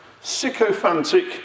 sycophantic